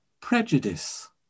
prejudice